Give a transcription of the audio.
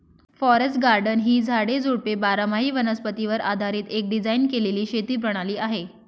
forest garden ही झाडे, झुडपे बारामाही वनस्पतीवर आधारीत एक डिझाइन केलेली शेती प्रणाली आहे